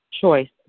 choice